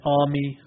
army